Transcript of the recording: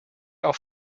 auf